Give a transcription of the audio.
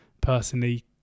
personally